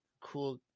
cool